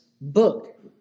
book